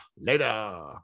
Later